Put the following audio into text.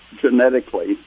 genetically